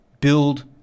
build